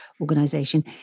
organization